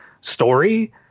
story